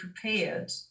prepared